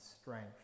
strength